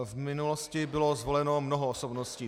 V minulosti bylo zvoleno mnoho osobností.